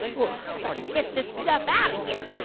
oh, i better get this stuff out of here